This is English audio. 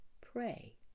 pray